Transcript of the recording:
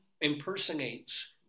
impersonates